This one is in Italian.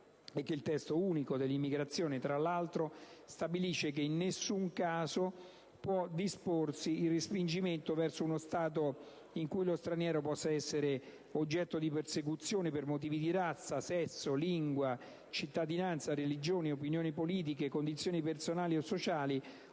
testo unico stabilisce che in nessun caso può disporsi il respingimento verso uno Stato in cui lo straniero possa essere oggetto di persecuzione per motivi di razza, sesso, lingua, cittadinanza, religione, opinioni politiche, condizioni personali o sociali,